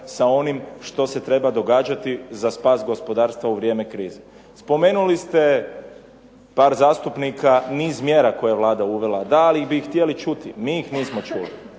sa onim što se treba događati za spas gospodarstva u vrijeme krize. Spomenuli ste par zastupnika, niz mjera koje je Vlada uvela. Da, ali bi ih htjeli čuti. Mi ih nismo čuli,